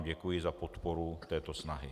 Děkuji vám za podporu této snahy.